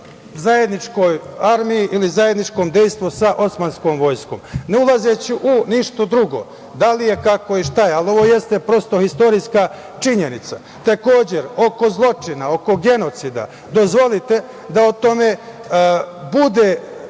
u zajedničkoj armiji ili zajedničkom dejstvu sa osmanskom vojskom, ne ulazeći u ništa drugo da li je, kako i šta je, ali ovo jeste prosto istorijska činjenica. Takođe, oko zločina, oko genocida, dozvolite da o tome bude